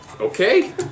Okay